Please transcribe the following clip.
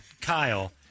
Kyle